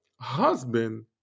husband